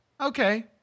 Okay